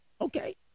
Okay